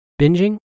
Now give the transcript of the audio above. Binging